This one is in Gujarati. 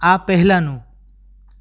આ પહેલાંનું